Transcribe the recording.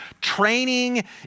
Training